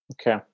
Okay